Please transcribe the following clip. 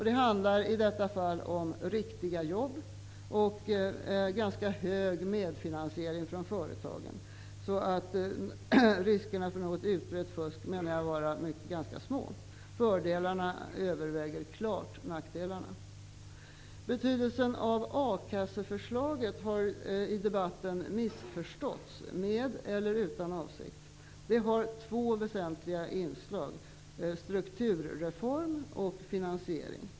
Det handlar i detta fall om riktiga jobb och en ganska hög grad av medfinansiering från företagen. Riskerna för att något utbrett fusk skall uppstå menar jag vara ganska små. Fördelarna överväger klart nackdelarna. Betydelsen av a-kasseförslaget har med eller utan avsikt missförståtts i debatten. Förslaget har två väsentliga inslag: strukturreform och finansiering.